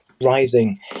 rising